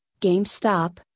GameStop